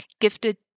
gifted